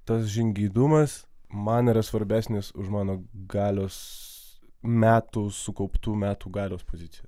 tas žingeidumas man yra svarbesnis už mano galios metų sukauptų metų galios poziciją